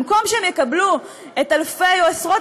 במקום שהם יקבלו את אלפי או אץ עשרות